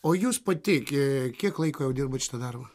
o jūs pati gi ki kiek laiko jau dirbat šitą darbą